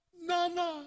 Nana